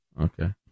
Okay